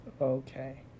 Okay